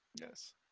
yes